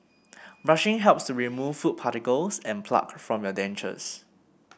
brushing helps remove food particles and plaque from your dentures